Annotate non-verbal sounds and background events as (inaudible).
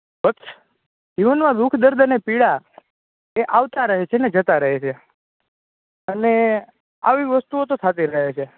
(unintelligible) જીવનમાં દૂુઃખ દર્દ અને પીડા એ આવતા રહે છે અને જતા રહે છે અને આવી વસ્તુઓ તો થતી રહે છે